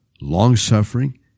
long-suffering